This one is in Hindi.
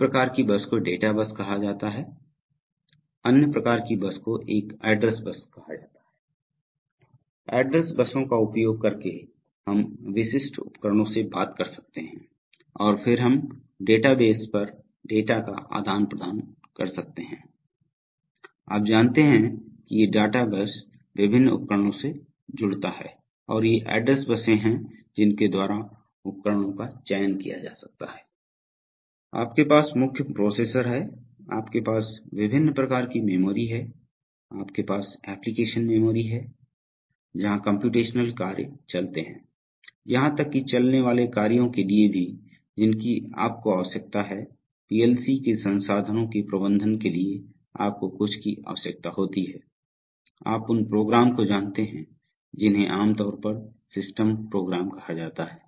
एक प्रकार की बस को डेटा बस कहा जाता है एक अन्य प्रकार की बस को एक एड्रेस बस कहा जाता है एड्रेस बसों का उपयोग करके हम विशिष्ट उपकरणों से बात कर सकते हैं और फिर हम डेटाबेस पर डेटा का आदान प्रदान कर सकते हैंआप जानते हैं कि ये डेटाबेस विभिन्न उपकरणों से जुड़ता है और ये एड्रेस बसें हैं जिनके द्वारा उपकरणों का चयन किया जा सकता है आपके पास मुख्य प्रोसेसर है आपके पास विभिन्न प्रकार की मेमोरी है आपके पास एप्लिकेशन मेमोरी है जहां कम्प्यूटेशनल कार्य चलते हैं यहां तक कि चलने वाले कार्यों के लिए भी जिनकी आपको आवश्यकता है पीएलसी के संसाधनों के प्रबंधन के लिए आपको कुछ की आवश्यकता होती है आप उन प्रोग्राम को जानते हैं जिन्हें आमतौर पर सिस्टम प्रोग्राम कहा जाता है